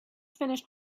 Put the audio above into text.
finished